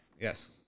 Yes